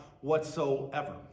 whatsoever